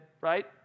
right